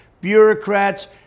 bureaucrats